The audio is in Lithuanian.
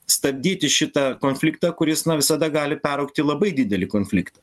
stabdyti šitą konfliktą kuris visada gali peraugt į labai didelį konfliktą